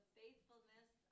faithfulness